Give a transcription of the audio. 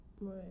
Right